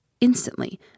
Instantly